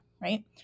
right